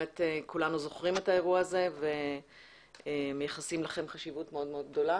כולנו זוכרים את האירוע הזה ומייחסים לכם חשיבות מאוד מאוד גדולה